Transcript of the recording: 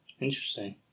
interesting